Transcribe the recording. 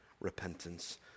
repentance